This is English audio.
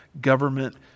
government